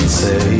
say